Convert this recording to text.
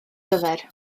gyfer